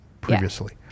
previously